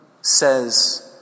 says